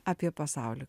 apie pasaulį